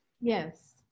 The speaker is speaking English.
Yes